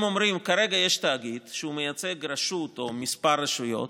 הם אומרים: כרגע יש תאגיד שמייצג רשות או כמה רשויות,